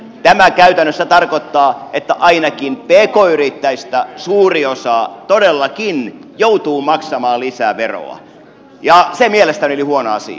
tämä käytännössä tarkoittaa että ainakin pk yrittäjistä suuri osa todellakin joutuu maksamaan lisää veroa ja se mielestäni oli huono asia